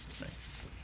Nice